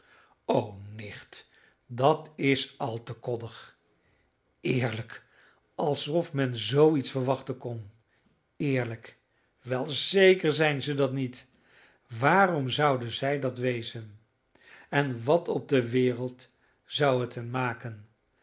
o nicht dat is al te koddig eerlijk alsof men zoo iets verwachten kon eerlijk wel zeker zijn ze dat niet waarom zouden zij dat wezen en wat op de wereld zou het hen maken